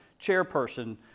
chairperson